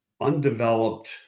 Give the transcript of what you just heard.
undeveloped